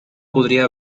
podría